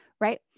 Right